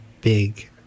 big